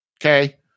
Okay